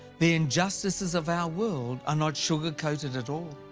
the injustices of our world are not sugar coated at all.